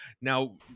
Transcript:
now